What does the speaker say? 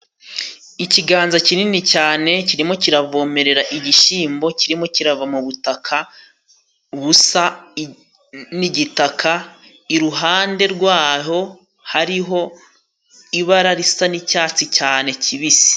Ikiganza kinini cyane kirimo kiravomerera igishyimbo kirimo kirava mu butaka busa n'igitaka. Iruhande rwaho hariho ibara risa n'icyatsi cyane kibisi.